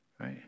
right